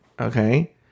okay